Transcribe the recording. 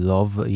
Love